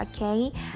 okay